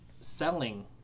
selling